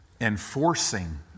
Enforcing